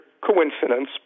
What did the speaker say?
coincidence